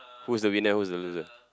who's the winner who's the loser